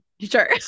Sure